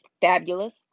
fabulous